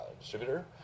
distributor